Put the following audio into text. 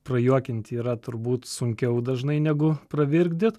prajuokinti yra turbūt sunkiau dažnai negu pravirkdyt